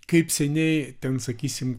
kaip seniai ten sakysim